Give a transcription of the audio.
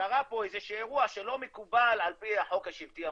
שקרה פה איזה שהוא אירוע שלא מקובל על פי החוק השבטי המסורתי.